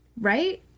Right